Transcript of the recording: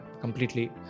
completely